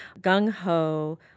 gung-ho